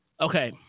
Okay